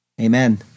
Amen